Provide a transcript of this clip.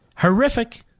Horrific